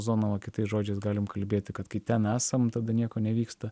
zoną o kitais žodžiais galim kalbėt kad kai ten esam tada nieko nevyksta